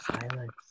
silence